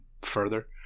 further